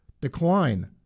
decline